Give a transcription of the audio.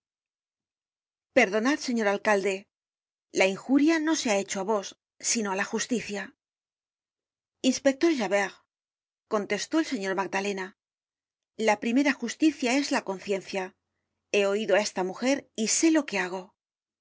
at perdonad señor alcalde la injuria no se ha hecho á vos sino á la justicia inspector javert contestó el señor magdalena la primera justbia es la conciencia he oido á esta mujer y sé lo que hago